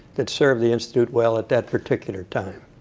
that served the institute well at that particular time.